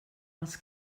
als